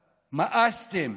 מאסתם,